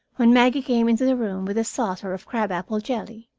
when maggie came into the room with a saucer of crab-apple jelly.